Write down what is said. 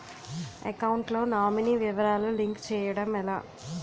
Account లో nominee వివరాలు link చేయటం ఎలా?